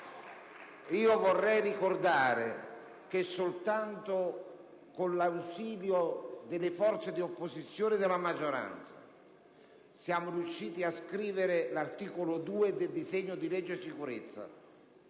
Vorrei ricordare che soltanto con l'ausilio delle forze di opposizione e della maggioranza siamo riusciti a scrivere l'articolo 2 del disegno di legge sulla sicurezza,